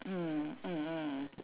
mm mm mm